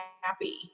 happy